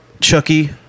Chucky